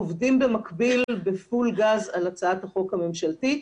עובדים במקביל בפול גז על הצעת החוק הממשלתית